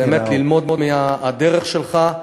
באמת, ללמוד מהדרך שלך.